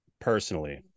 personally